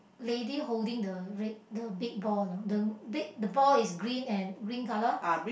lady holding the red the big ball the big the ball is green and green colour